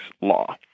law